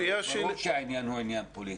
ברור שהעניין הוא עניין פוליטי.